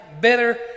better